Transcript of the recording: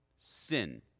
sin